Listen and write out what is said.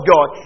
God